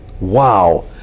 Wow